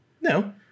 No